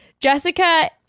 Jessica